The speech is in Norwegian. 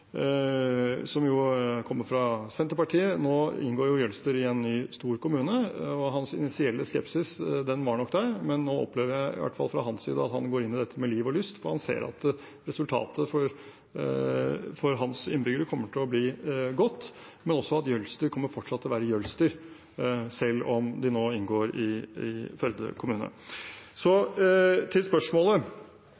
kommer fra Senterpartiet. Nå inngår jo Jølster i en ny stor kommune. Ordførerens initielle skepsis var nok der, men nå opplever jeg i hvert fall at han går inn i dette med liv og lyst, for han ser at resultatet for innbyggerne kommer til å bli godt, men også at Jølster fortsatt kommer til å være Jølster selv om de nå inngår i Sunnfjord kommune. Så